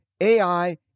AI